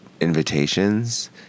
invitations